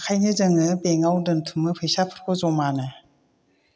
ओंखायनो जोङो बेंकाव दोनथुमो फैसाफोरखौ जमानो